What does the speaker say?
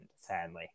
sadly